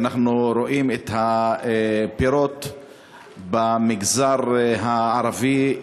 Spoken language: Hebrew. ואנחנו רואים את הפירות במגזר הערבי,